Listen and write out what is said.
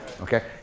okay